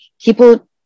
People